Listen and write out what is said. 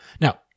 Now